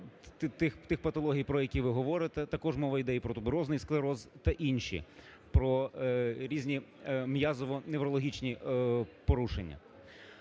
тих патологій, про які ви говорите, також мова іде і про туберозний склероз та інші, про різні м'язово-неврологічні порушення.